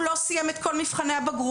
הוא לא סיים את כל מבחני הבגרות,